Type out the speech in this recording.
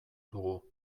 dugu